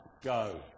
go